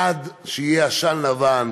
עד שיהיה עשן לבן.